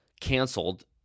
canceled